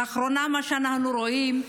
לאחרונה מה שאנחנו רואים,